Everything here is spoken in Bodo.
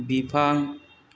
बिफां